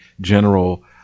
general